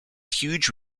huge